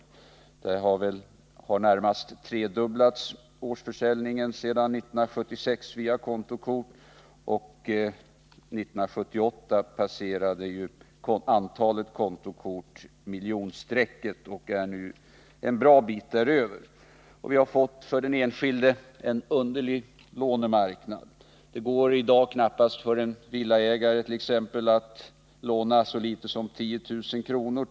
Årsförsäljningen via kontokort har närmast tredubblats sedan 1976. År 1978 passerade antalet kontokort miljonstrecket och är nu en bra bit däröver. Vi har därigenom fått en för den enskilde underlig lånemarknad. Det går i dag knappast för en villaägare t.ex. att låna så litet som 10 000 kr.